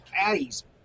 caddies